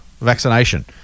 vaccination